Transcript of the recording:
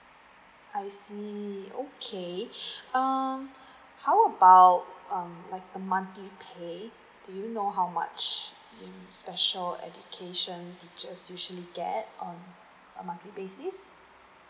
I see okay um how about uh monthly pay okay do you know how much in special education teachers usually get um on a monthly basis